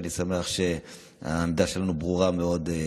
ואני שמח שהעמדה שלנו בכך ברורה מאוד.